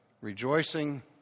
Rejoicing